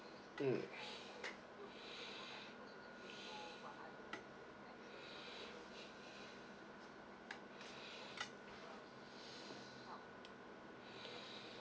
um